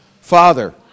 Father